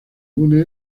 une